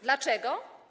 Dlaczego?